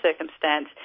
circumstance